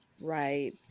Right